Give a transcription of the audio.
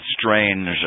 strange